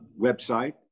website